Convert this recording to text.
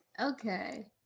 okay